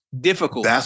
Difficult